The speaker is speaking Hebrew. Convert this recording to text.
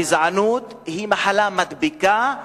הגזענות היא מחלה מדביקה,